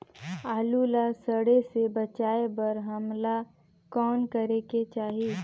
आलू ला सड़े से बचाये बर हमन ला कौन करेके चाही?